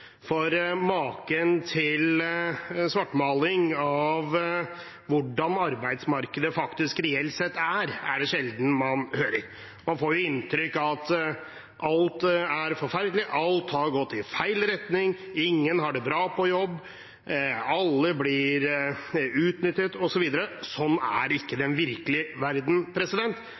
for maken til svartmaling av hvordan arbeidsmarkedet reelt sett er, er det sjelden man hører. Man får inntrykk av at alt er forferdelig, alt har gått i feil retning, ingen har det bra på jobb, alle blir utnyttet, osv. Slik er ikke den virkelige verden,